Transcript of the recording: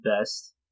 best